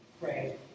pray